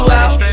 out